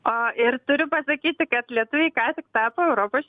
o ir turiu pasakyti kad lietuviai ką tik tapo europos